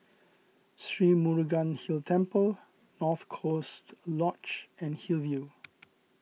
Sri Murugan Hill Temple North Coast Lodge and Hillview